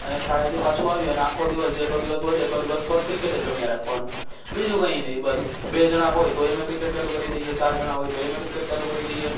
અને શાળાએથી પાછું આવી અને આખો દિવસ જેટલો દિવસ વધે એટલો દિવસ બસ ક્રિકેટ જ રમ્યે રાખવાનું બીજું કંઈ નહીં બસ બે જણા હોય તો અમે ક્રિકેટ ચાલુ કરી દઈએ ચાર જણા હોય તો અમે ક્રિકેટ ચાલુ કરી દઈએ